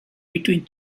between